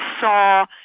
saw